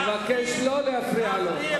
אבקש לא להפריע לו.